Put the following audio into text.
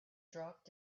dropped